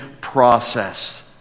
process